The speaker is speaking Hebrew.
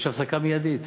יש הפסקה מיידית